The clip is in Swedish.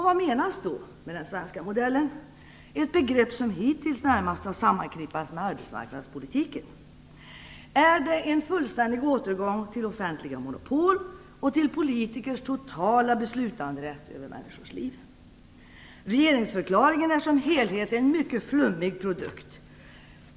Vad menas då med "den svenska modellen", ett begrepp som hitintills närmast har sammanknippats med arbetsmarknadspolitiken? Är det en fullständig återgång till offentliga monopol och till politikers totala beslutanderätt över människors liv? Regeringsförklaringen som helhet är en mycket flummig produkt.